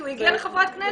כי זה הגיע לחברת כנסת.